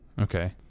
Okay